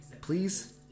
Please